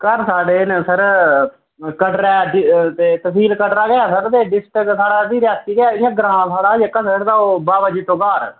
घर साढ़े न सर कटरै तसील कटरा गै सर ते डिस्ट्रिक साढ़ा रियासी इ'यां ग्रांऽ साढ़ा जेह्का सर ते ओह् बाबा जित्तो ग्हार